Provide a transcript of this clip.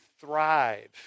thrive